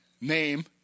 name